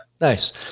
nice